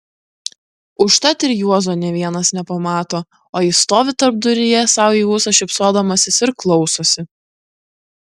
užtat ir juozo nė vienas nepamato o jis stovi tarpduryje sau į ūsą šypsodamasis ir klausosi